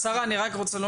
שרה, אני רק רוצה לומר.